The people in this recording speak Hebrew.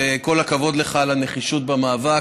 וכל הכבוד לך על הנחישות במאבק.